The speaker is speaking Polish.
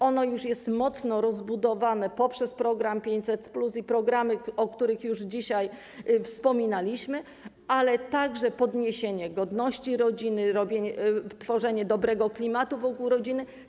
Ono już jest mocno rozbudowane poprzez program 500+ i programy, o których już dzisiaj wspominaliśmy, ale chodzi także o podniesienie godności rodziny, tworzenie dobrego klimatu wokół rodziny.